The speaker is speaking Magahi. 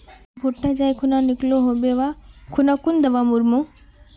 भुट्टा जाई खुना निकलो होबे वा खुना कुन दावा मार्मु?